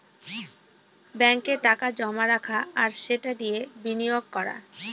ব্যাঙ্কে টাকা জমা রাখা আর সেটা দিয়ে বিনিয়োগ করা